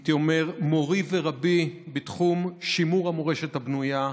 הייתי אומר מורי ורבי בתחום שימור המורשת הבנויה,